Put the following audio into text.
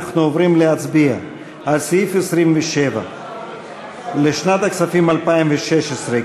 אנחנו עוברים להצביע על סעיף 27 לשנת הכספים 2016,